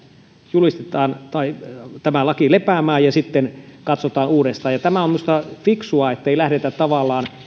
julistetaan laki lepäämään ja sitten katsotaan uudestaan tämä on minusta fiksua ettei lähdetä tavallaan